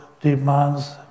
demands